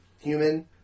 human